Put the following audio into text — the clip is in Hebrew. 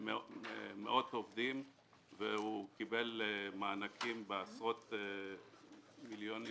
מאות עובדים והוא קיבל מענקים בעשרות מיליוני